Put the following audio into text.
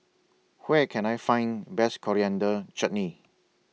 Where Can I Find Best Coriander Chutney